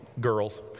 Girls